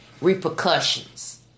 repercussions